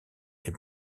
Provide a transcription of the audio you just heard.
est